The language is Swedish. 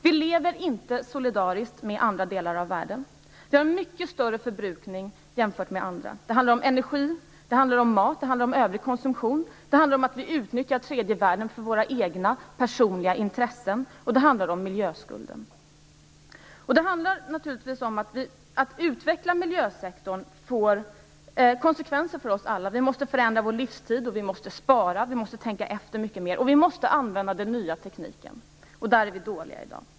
Vi lever inte solidariskt med andra delar av världen, vi har mycket större förbrukning än andra. Det handlar om energi, mat och övrig konsumtion. Det handlar om att vi utnyttjar tredje världen för våra egna personliga intressen, och det handlar om miljöskulden. Att utveckla miljösektorn får konsekvenser för oss alla. Vi måste förändra vår livsstil, vi måste spara - vi måste tänka efter mycket mer - och vi måste använda den nya tekniken. Där är vi dåliga i dag.